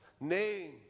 name